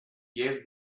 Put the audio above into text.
gave